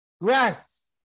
grass